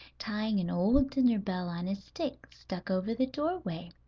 tying an old dinner bell on a stick, stuck over the doorway.